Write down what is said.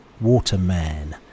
Waterman